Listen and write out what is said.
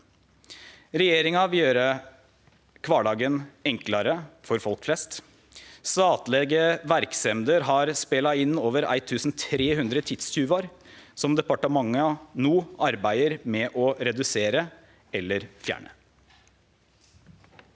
Regjeringa vil gjere kvardagen enklare for folk flest. Statlege verksemder har meldt inn over 1 300 tidstjuvar som departementa no arbeider med å redusere eller fjerne.